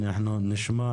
נשמע